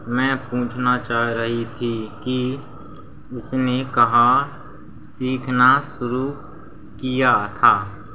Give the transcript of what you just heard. मैं पूछना चाह रही थी कि उसने कहाँ सीखना शुरू किया था